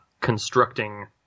constructing